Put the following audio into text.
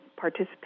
participate